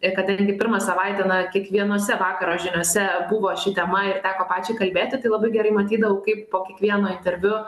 ir kadangi gi pirmą savaitę na kiekvienose vakaro žiniose buvo ši tema ir teko pačiai kalbėti tai labai gerai matydavau kaip po kiekvieno interviu